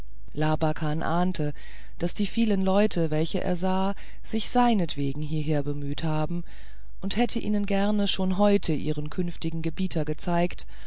labakan ahnete daß die vielen leute welche er sah sich seinetwegen hieher bemüht haben und hätte ihnen gerne schon heute ihren künftigen gebieter gezeigt